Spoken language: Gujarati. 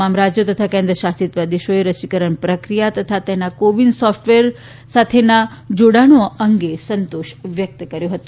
તમામ રાજ્યો તથા કેન્દ્રશાસિત પ્રદેશોએ રસીકરણ પ્રક્રિયા તથા તેના કો વિન સોફટવેર સાથેના જોડાણ અંગે સંતોષ વ્યક્ત કર્યો હતો